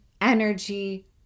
energy